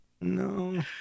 No